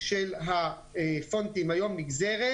של הפונטים היום נגזרת